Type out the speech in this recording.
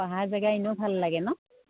পাহাৰ জেগা এনেও ভাল লাগে ন